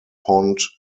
pond